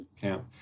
camp